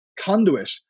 conduit